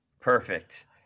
Perfect